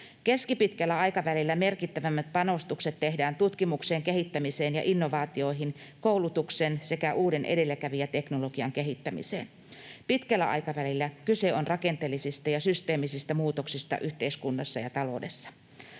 Keskipitkällä aikavälillä merkittävimmät panostukset tehdään tutkimukseen, kehittämiseen ja innovaatioihin, koulutukseen sekä uuden edelläkävijäteknologian kehittämiseen. Pitkällä aikavälillä kyse on rakenteellisista ja systeemisistä muutoksista yhteiskunnassa ja taloudessa.